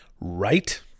Right